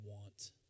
want